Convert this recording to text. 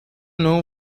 know